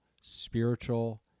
spiritual